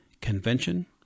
convention